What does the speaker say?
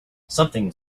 something